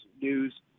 news